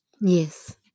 Yes